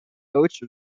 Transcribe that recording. coach